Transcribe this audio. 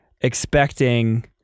expecting